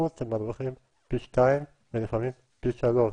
בחוץ הם מרוויחים פי שתיים ולפעמים פי שלוש.